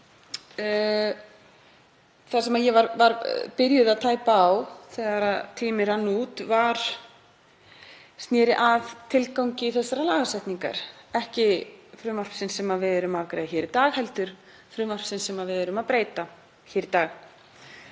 Það sem ég var byrjuð að tæpa á þegar tíminn rann út sneri að tilgangi þessarar lagasetningar, ekki frumvarpsins sem við erum að afgreiða hér í dag heldur frumvarpsins sem við erum að breyta í dag.